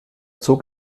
zog